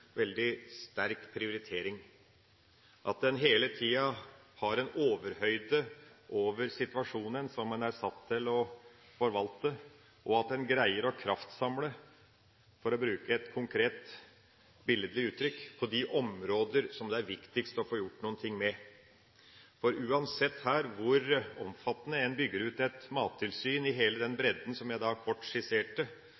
veldig sterk prioritering, at en hele tida har en overhøyde over situasjonen som en er satt til å forvalte, og at en greier å kraftsamle, for å bruke et konkret billedlig uttrykk, på de områder som det er viktigst å få gjort noe med. For uansett hvor omfattende en bygger ut et mattilsyn i hele den